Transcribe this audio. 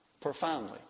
profoundly